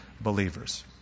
believers